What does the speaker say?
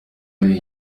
ari